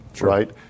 right